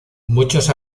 muchos